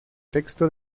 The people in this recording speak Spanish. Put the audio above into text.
texto